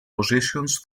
positions